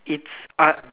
it's un~